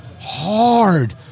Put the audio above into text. hard